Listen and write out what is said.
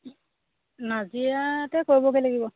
নাজিৰাতে কৰিবগে লাগিব